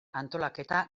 antolaketa